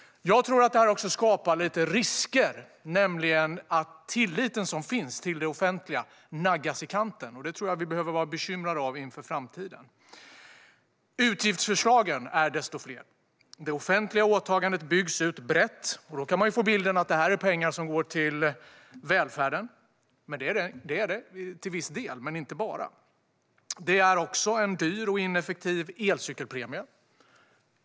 Jag tror att det här skapar lite risker, nämligen att tilliten till det offentliga naggas i kanten. Det behöver vi vara bekymrade över inför framtiden. Utgiftsförslagen är desto fler. Det offentliga åtagandet byggs ut brett. Då kan man få bilden att det är pengar som går till välfärden. Det är det till viss del, men inte bara. Det är också en dyr och ineffektiv elcykelpremie.